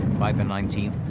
by the nineteenth,